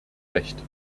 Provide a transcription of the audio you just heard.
recht